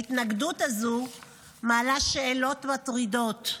ההתנגדות הזו מעלה שאלות מטרידות.